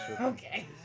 Okay